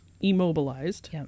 immobilized